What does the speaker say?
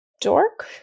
dork